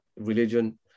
religion